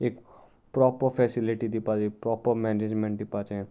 एक proper facility दिवपाची proper management दिवपाचें